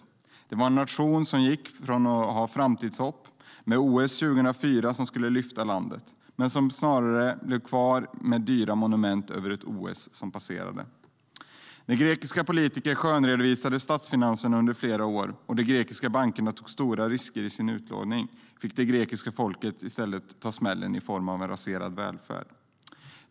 Grekland var en nation som hade framtidshopp då OS 2004 skulle lyfta landet, men det som blev kvar var snarare dyra monument över ett OS som passerade. När de grekiska politikerna skönredovisade statsfinanserna under flera år och de grekiska bankerna tog stora risker i sin utlåning fick det grekiska folket ta smällen i form av en raserad välfärd.